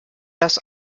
das